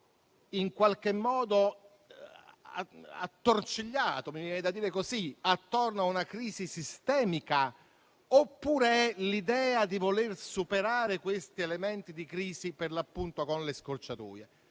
sistema politico attorcigliato - mi viene da dire così - attorno a una crisi sistemica, oppure è l'idea di voler superare questi elementi di crisi, per l'appunto, con le scorciatoie?